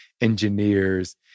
engineers